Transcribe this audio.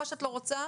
מה שאת לא רוצה,